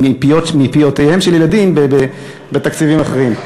מפיותיהם של ילדים בתקציבים אחרים.